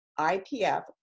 IPF